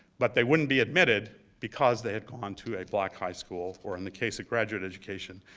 but they wouldn't be admitted because they had gone to a black high school or, in the case of graduate education,